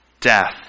death